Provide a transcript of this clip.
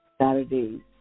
Saturday's